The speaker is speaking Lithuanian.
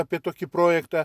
apie tokį projektą